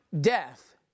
death